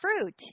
fruit